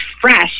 fresh